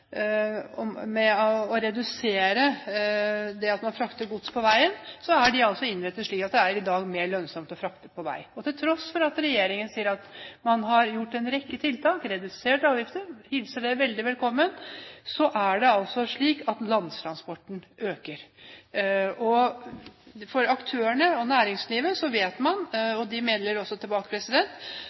å redusere det at man frakter gods på veien – er altså innrettet slik at det i dag er mer lønnsomt å frakte på vei. Til tross for at regjeringen sier at man har gjort en rekke tiltak, redusert avgifter – jeg hilser det veldig velkommen – er det altså slik at landtransporten øker. For aktørene og næringslivet vet man – de melder også tilbake